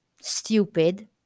stupid